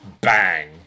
Bang